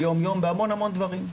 ביום-יום בהמון דברים,